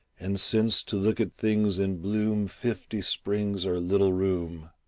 and since to look at things in bloom fifty springs are little room,